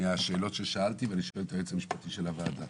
מהשאלות ששאלתי ואני שואל את היועץ המשפטי של הוועדה.